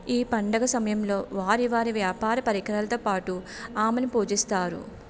ఈ పండుగ సమయంలో వారి వారి వ్యాపార పరికరాలతో పాటు ఆమెను పూజిస్తారు